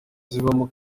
zibamo